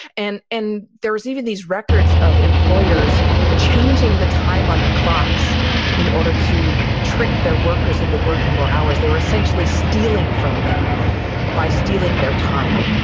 and there's even these records of employers changing the time on the clocks in order to trick their workers into working more hours. they were essentially stealing from them by stealing their time.